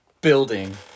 building